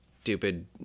stupid